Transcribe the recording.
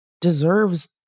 deserves